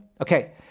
Okay